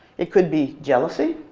it could be jealousy.